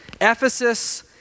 Ephesus